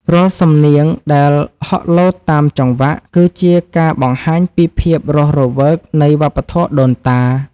រាល់សំនៀងដែលហក់លោតតាមចង្វាក់ គឺជាការបង្ហាញពីភាពរស់រវើកនៃវប្បធម៌ដូនតា។